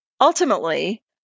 ultimately